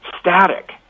static